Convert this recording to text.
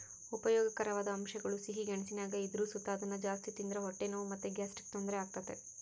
ಉಪಯೋಗಕಾರವಾದ ಅಂಶಗುಳು ಸಿಹಿ ಗೆಣಸಿನಾಗ ಇದ್ರು ಸುತ ಅದುನ್ನ ಜಾಸ್ತಿ ತಿಂದ್ರ ಹೊಟ್ಟೆ ನೋವು ಮತ್ತೆ ಗ್ಯಾಸ್ಟ್ರಿಕ್ ತೊಂದರೆ ಆಗ್ತತೆ